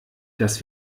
dass